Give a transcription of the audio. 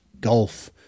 gulf